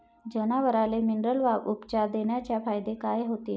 जनावराले मिनरल उपचार देण्याचे फायदे काय होतीन?